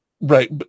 Right